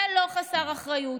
זה לא חסר אחריות.